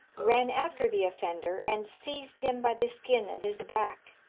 ran after the offender, and seized him by the skin of his back.